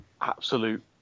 absolute